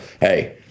hey